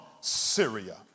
Syria